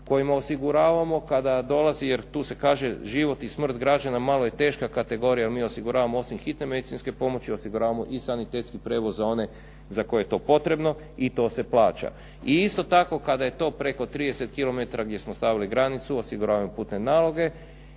kojima osiguravamo kada dolazi jer tu se kaže život i smrt građana malo je teška kategorija jer mi osiguravamo osim hitne medicinske pomoći, osiguravamo i sanitetski prijevoz za one za koje je to potrebno i to se plaća. I isto tako kada je to preko 30 km gdje smo stavili granicu, osiguravamo putne naloge,